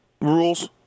rules